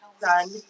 done